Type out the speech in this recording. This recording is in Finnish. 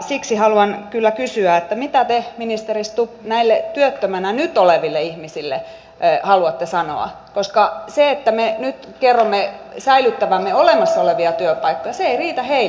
siksi haluan kyllä kysyä mitä te ministeri stubb näille nyt työttömänä oleville ihmisille haluatte sanoa koska se että me nyt kerromme säilyttävämme olemassa olevia työpaikkoja ei riitä heille